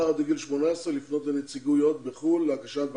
מתחת לגיל 18 לפנות לנציגויות בחו"ל להגשת בקשה.